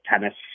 tennis